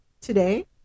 today